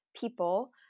people